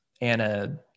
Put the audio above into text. Anna